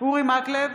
אורי מקלב,